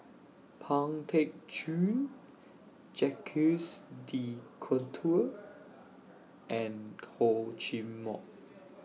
Pang Teck Joon Jacques De Coutre and Hor Chim Or